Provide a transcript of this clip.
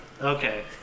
Okay